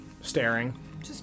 staring